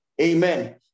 Amen